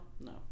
no